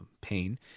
pain